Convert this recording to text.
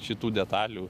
šitų detalių